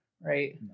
right